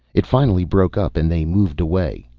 it finally broke up and they moved away.